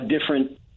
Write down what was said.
different